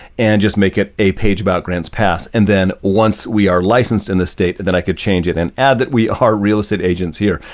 and just make it a page about grants pass. and then once we are licensed in the state, then i could change it and add that we are real estate agents here.